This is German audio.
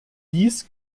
dies